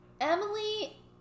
Emily